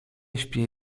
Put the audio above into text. śpię